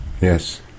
Yes